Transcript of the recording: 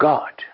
God